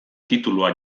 titulua